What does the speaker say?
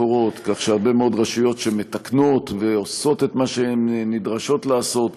כך שהרבה מאוד רשויות שמתקנות ועושות את מה שהם נדרשות לעשות,